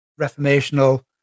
reformational